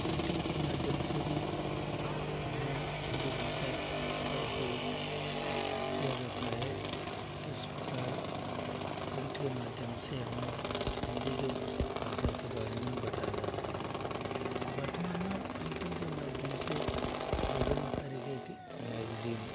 printing के माध्यम से भी हमें हिंदी भाषा का उपयोग किया जाता है कि किस प्रकार प्रिंट के माध्यम से हमें हिंदी के भाषा के बारे में बताया जा सके वर्तमान में प्रिंटिंग के माध्यम से विभिन्न तरीके की मैगजीन